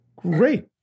Great